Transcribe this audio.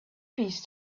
peace